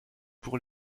pour